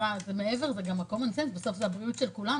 זו הבריאות של כולנו.